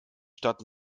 stadt